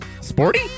Sporty